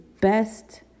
best